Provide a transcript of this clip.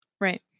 Right